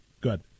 Good